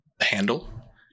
handle